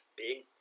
big